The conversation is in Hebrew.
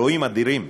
אלוהים אדירים,